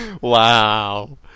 Wow